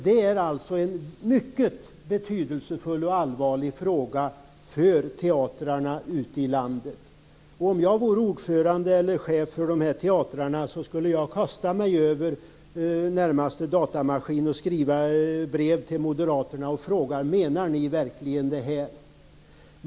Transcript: Det är alltså en mycket betydelsefull och allvarlig fråga för teatrarna ute i landet. Om jag vore ordförande eller chef för de här teatrarna, skulle jag kasta mig över närmaste datamaskin och skriva brev till moderaterna och fråga: Menar ni verkligen det här?